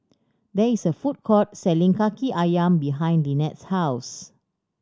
there is a food court selling Kaki Ayam behind Linette's house